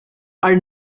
are